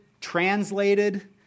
translated